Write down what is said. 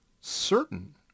certain